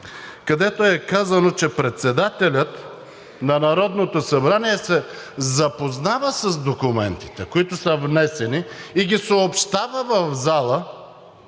където е казано, че председателят на Народното събрание се запознава с документите, които са внесени, и ги съобщава в залата,